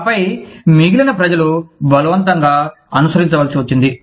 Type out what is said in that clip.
ఆపై మిగిలిన ప్రజలు బలవంతంగా అనుసరించవలసి వచ్చింది